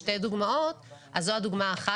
שתי דוגמאות וזו דוגמה אחת.